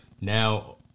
now